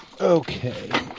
Okay